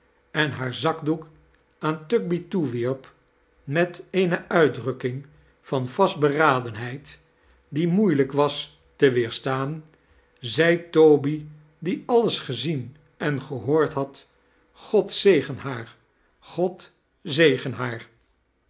en iaar zakdoek aan tugby toewierp met eene uitdrakking van vastberadeaheid die moeilijk was te weerstaan ziei toby die allies gezien en gehoord had god zegen haar god zegen haaj